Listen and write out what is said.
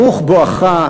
ברוך בואך,